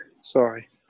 Sorry